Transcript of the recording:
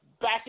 Back